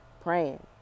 Praying